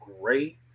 great